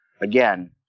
Again